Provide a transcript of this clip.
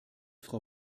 frau